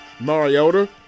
Mariota